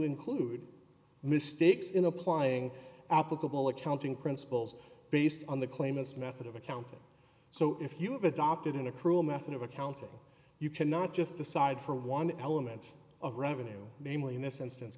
include mistakes in applying applicable accounting principles based on the claimants method of accounting so if you have adopted in a cruel method of accounting you cannot just decide for one element of revenue namely in this instance